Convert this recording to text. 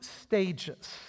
stages